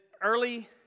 early